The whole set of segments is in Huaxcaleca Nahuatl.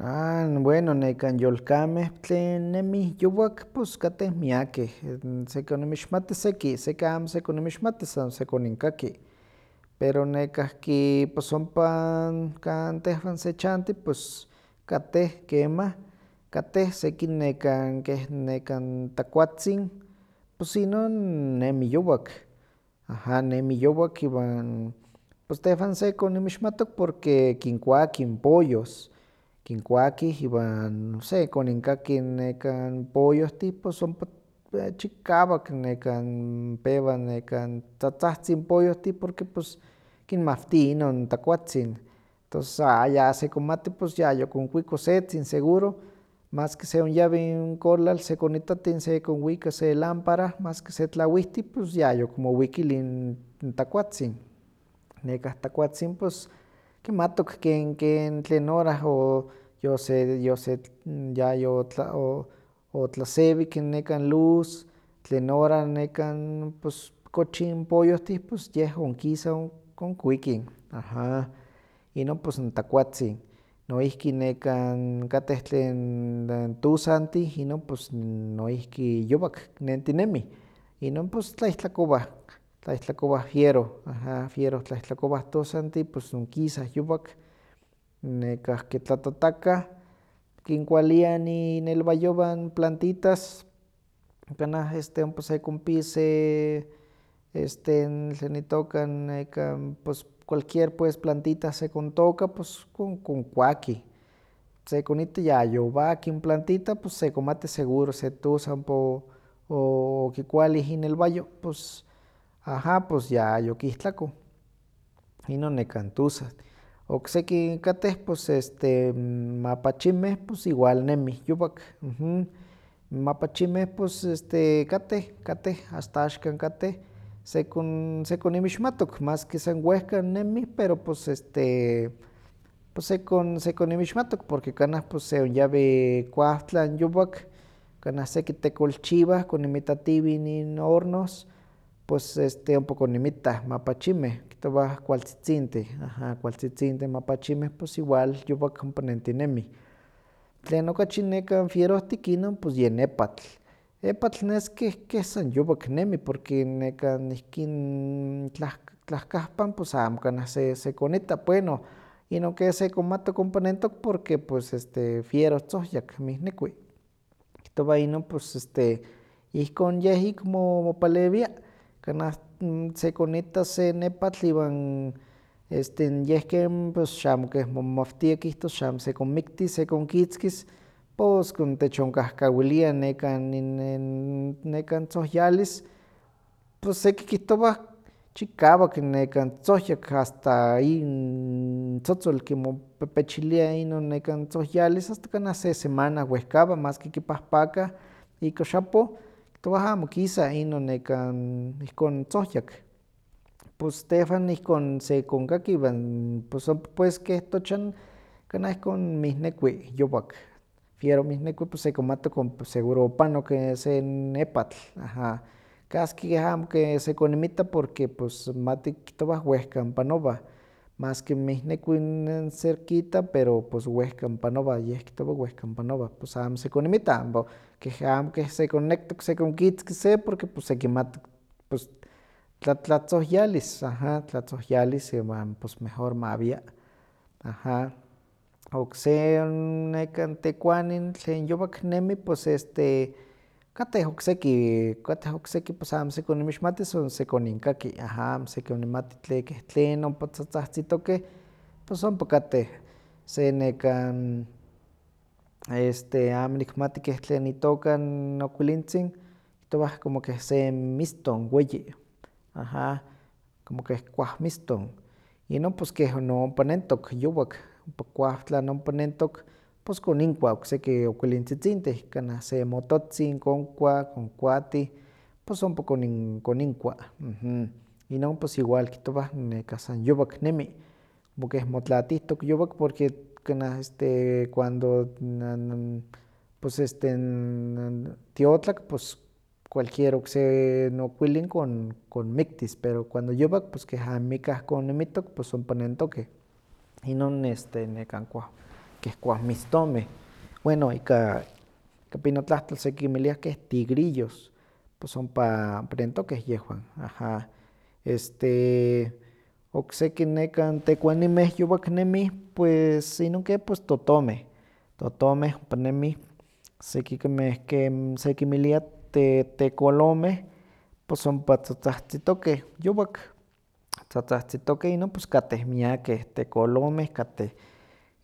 An bueno nekan yolkameh tlen nemih yowak pos katteh miakeh, sekoninmixmati seki, seki amosekoninmixmati san sekoninkaki pero nekahki pos ompa n kan tehwan sechanti pos katteh kemah, katteh seki nekan keh nekan takuatzin, pos inon nemi yowak, aha, nemi yowak iwan tehwan sekoninmixmatok porque kinkuakih n pollos, kinkuakih iwan sekoninkaki nekan pollohtih pos ompa chikawak nekan pewah nekan tzatzahtzin pollohtin, porque nekan pues kinmawti inon takuatzin. Tos sa ya sekonmati pos yayokokuko setzin seguro, mas ke se onyawi n kolal sekonitattih n sekonwika se lámpara mas que se tlawihti pos yayokonmowikillih n- n takuatzin, nekah takuatzin pos kimattok ken- ken tlen hora o yose- yose- tl- nyayotla- o- otlasewik nekan luz tlen hora nekan pos kochih n pollohtih yeh onkisa onkonkuikih, aha. Inon pos n takuatzin, noihki nekan katteh tlen tuzantih inon pos noihki yowak nentinemih, inon pos tlaihtlakowah, tlaihtlakowah wiero, aha, wieroh tlaihtlakowah tosantih onkisah yowak, nekahki tlatatakah kinkualiah innelwayowah n plantitas, kanah este ompa sekonpi se este n tlen itoka, nekan, pos cualquier pues plantitah sekontoka pos konkuakih, sekonitta ya yowaki n plantita pos sekonmatis seguro se tuza ompa o- o- okikualih inelwayo, pos aha, pos ya yokihtlakoh, inon nekan tuza. Okseki katteh pos este n mapachinmeh, pus igual nemih yowak, mapachinmeh pus este katteh, katteh asta axkan katteh, sekon- sekoninmixmatok, maski san wehka nemi pero pos este, pos sekon- sekoninmixmatok, porque kanah pues se onyawi kuawtlan yowak, kanah seki tekolchiwah koninmittatiweh in hornos, pues este ompa koninmittah mapachimeh, kihtowah kualtzitzinteh, aha, kualtzitzinteh mapachinmeh, pus igual yowak ompa nentinemih. Tlen okachi nekan wierohtik inon pus yen epatl, epatl nes keh san yowak nemi porque nekan ihkin tlahk- tlahkahpan pus amo kanah se sekonitta, bueno, inon ke sekonmatok ompa nentok porque pues este wieroh tzohyak, mihnekui, kihtowah inon pues este ihkon yeh ik mo- mopalewia, kanah sekonitta se n epatl iwan este yeh ke n xamo keh momawtia kihtos xamo sekonmiktis sekonkitzkitz pos kon- techonkahkawilia nekan nin- nen- nekan tzohyalis, pus seki kihtowa chikawak nekan tzohyak asta intzotzol kimopepechilia inon nekan tzohyalis asta kanah se semana wehkawa maski kipahpakah ika xapoh, kihtowah amo kisa inon nekan ihkon tzohyak, pus tehwan ihkon sekonkaki iwan pus ompa pues keh tochan kanah ihkon mihnekui ypwak, wieroh mihnekui pus sekonmatok ompa seguro ompanok se n epatl, aha, kaskeh amo ke sekoinmitta porque pues mati kihtowa wehkan panowah, maski mihnekui cerquita pero pus wehkan panowah, yeh kihtowa wehkan panowah, pus amo sekoninmitta, amo keh amo keh sekonnektok sekonkitzkis se porque pus sekimattok pus tla- tlatzohyalis, aha, tlatzoihyalis, iwan pus mejor mawia, aha. Okse n nekan tekuani tlen yowak nemi pus este katteh okseki, katteh okseki pus amo sekoninmixmatis, son sekoninkaki, aha, amosekoninmati tle- keh tlen ompa tzaztahtzitokeh pus ompa katteh, se nekan este amo nikmati keh tlen itooka n okuilintzin, kihtowah como keh se n miston weyi, aha, como keh kuawmiston, inon pues keh no ompa nentok yowak, ompa kuawtlan, ompa nentok, pus koninkua okseki n okuilintzitzintih kanah se mototzin konkua, konkuatin, pus ompa konin- koninkua. Inon pues igual kihtowa nekan san yowak nemi, como keh motlatihtok yowak porque kanah este cuando t- na- n- pus este n- n- tiotlak pus cualquier okse n okuilin kon- kon miktis pero cuando yowak amikah koninmittoh pus ompa nentokeh, inon este nekan kuaw- keh kuawmistonmeh. Bueno ika pinotlahtol sekinmilia keh tigrillos, pus ompa nentokeh yehwan, aha. Este okseki nekan tekuanimeh yowak nemi pues inon ke pus totomeh, totomeh ompa nemih sekinmeh ken sekinmilia te- tekolomeh pus ompa txatzahtzitokeh yowak, tzatzahtzitokeh inon pus kateh miakeh tekolomeh kateh,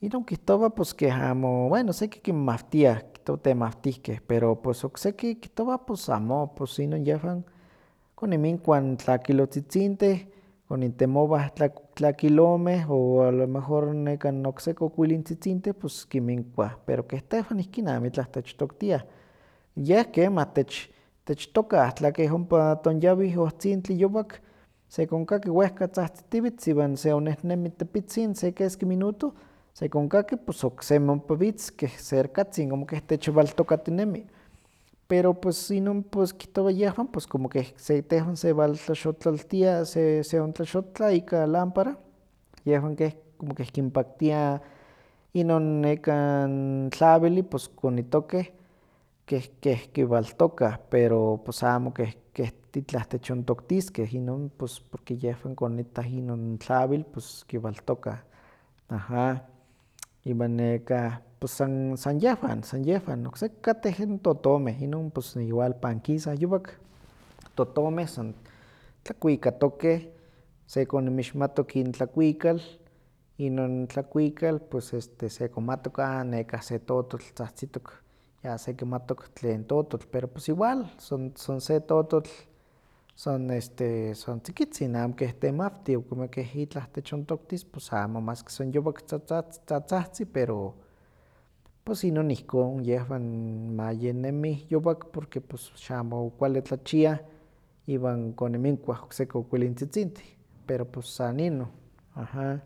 inon kihtowa pus keh amo, bueno seki kinmawtiah, kihtowa temawtihkeh, pero pus okseki kihtowa pus amo, pus inon yehwan koninminkuah n tlakilotzitzinteh konintemowah tlak- tlakilomeh o alomejor nekan okseki okuilintzitzintih kinmikuah, pero keh tehwan ihkin amitlah techtoktiah, yeh kemah tech- tech tokah tlakeh ompa tonyawih ohtzintli yowak, sekonkaki wehka tzahtzitiwitz, iwan seonnehnemi tepitzin se keski minuto sekonkaki pus oksemi ompa witz keh serkatzin como keh techwaltokatinemi, pero pus inon pus kihtowa yehwan pus como keh se- tehwan sewaltlaxotlaltia se- seontlaxotla ika lámpara yehwan keh como keh kinpaktia inon nekan tlawilli pus konittokeh keh- keh kiwaltokah, pero pus amo keh- keh itlah techontoktiskeh, inon pus porque yehwan konittah inon tlawil pus kiwaltokah, aha. iwan nekah pus san- san yehwan, san yehwan, okseki katteh n totomeh, inon pus igual pankisah yowak, totomeh san tlakuikatokeh, sekoninmixmatok in tlakuikal inon tlakuikal pues este sekonmatok an nekah se tototl tzahtzitok, ya sekimatok tlen tototl, pero pus igual san- san- se tototl san este san tzikitzin amo keh temawtih, o como keh itlah techontoktis pus amo mas keh san yowak tzatzah- tzatzahtzi pero pues inon ihkon yehwan mayi nemi yowak porque pus xamo kualli tlachia iwan koninminkuah okseki okuilintzitzintih, pero pus san inon, aha.